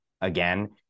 again